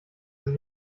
sind